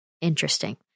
Interesting